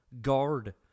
Guard